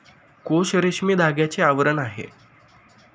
कोश रेशमी धाग्याचे आवरण आहे